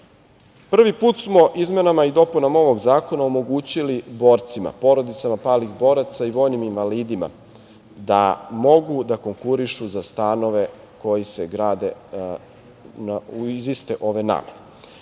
redu. Prvi put smo izmenama i dopunama ovog zakona omogućili borcima, porodicama palih boraca i vojnim invalidima da mogu da konkurišu za stanove koji se grade za iste ove